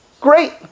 Great